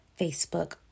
Facebook